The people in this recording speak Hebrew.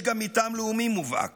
יש גם מתאם לאומי מובהק.